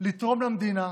לתרום למדינה,